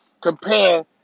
Compare